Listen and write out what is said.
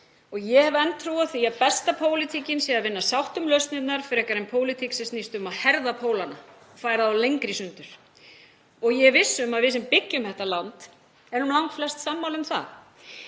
og ég hef enn trú á því að besta pólitíkin sé að vinna að sátt um lausnirnar frekar en pólitík sem snýst um að herða pólana og færa þá lengra í sundur. Ég er viss um að við sem byggjum þetta land erum langflest sammála um það.